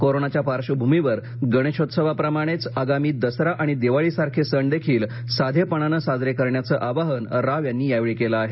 कोरोनाच्या पार्श्वभूमीवर गणेशोत्सवाप्रमाणेच आगामी दसरा आणि दिवाळी सारखे सण देखील साधेपणानं साजरे करण्याचं आवाहन राव यांनी यावेळी केलं आहे